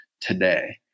today